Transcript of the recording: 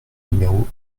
numéro